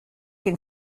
can